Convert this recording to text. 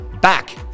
back